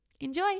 Enjoy